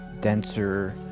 denser